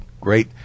great